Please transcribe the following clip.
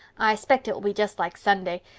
i espect it will be just like sunday,